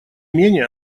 менее